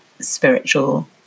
spiritual